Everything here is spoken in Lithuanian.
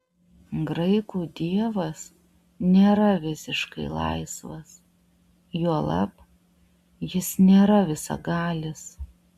graikų dievas nėra visiškai laisvas juolab jis nėra visagalis